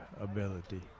ability